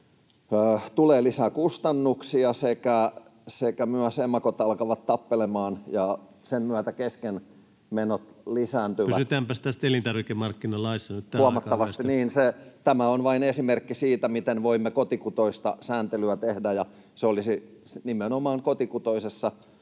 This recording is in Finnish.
tulee lisää kustannuksia sekä myös emakot alkavat tappelemaan, ja sen myötä keskenmenot lisääntyvät huomattavasti. Niin, tämä on vain esimerkki siitä, miten voimme kotikutoista sääntelyä tehdä, ja se olisi nimenomaan kotikutoisessa